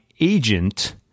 agent